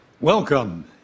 Welcome